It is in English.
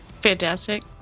Fantastic